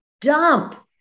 dump